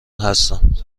هستند